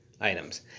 items